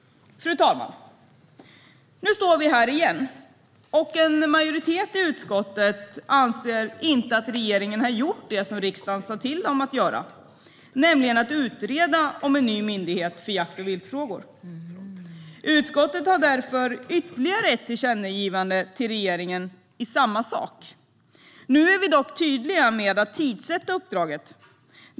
Fru talman! Nu står vi här igen, och en majoritet i utskottet anser inte att regeringen har gjort det som riksdagen sa till den att göra, nämligen att utreda en ny myndighet för jakt och viltfrågor. Utskottet har därför ytterligare ett tillkännagivande till regeringen om samma sak. Nu är vi dock tydliga med att tidssätta uppdraget.